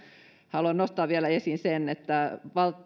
haluan nostaa vielä esiin sen että